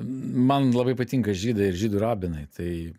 man labai patinka žydai ir žydų rabinai tai